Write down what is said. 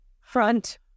Front